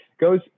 goes